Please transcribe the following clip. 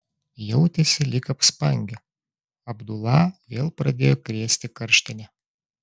jautėsi lyg apspangę abdulą vėl pradėjo krėsti karštinė